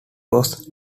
was